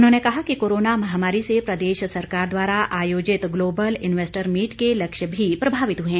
उन्होंने कहा कि कोरोना महामारी से प्रदेश सरकार द्वारा आयोजित ग्लोबल इन्वेस्टर मीट के लक्ष्य भी प्रभावित हुए हैं